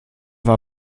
war